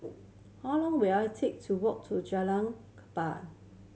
how long will it take to walk to Jalan Kapal